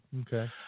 Okay